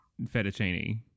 fettuccine